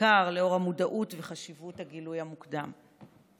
בעיקר לאור המודעות וחשיבות הגילוי המוקדם.